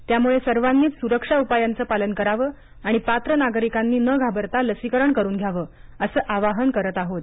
त्यामुळे सर्वानीच सुरक्षा उपायांच पालन करावं आणि पात्र नागरिकांनी न घाबरता लसीकरण करून घ्यावं अस आवाहन करत आहोत